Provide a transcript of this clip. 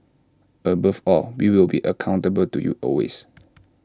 above all we will be accountable to you always